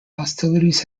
hostilities